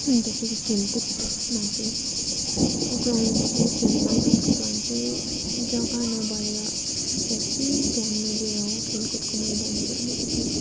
अन्तखेरि खेलकुदमा चाहिँ ग्राउन्ड चाहिँ खेल मैदानको ग्राउन्ड चाहिँ जग्गा नभएर हो कि त्यहाँ नदिएर हो खेलकुदको मैदान चाहिँ अलिकति